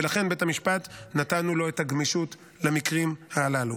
ולכן, בית המשפט, נתנו לו את הגמישות למקרים הללו.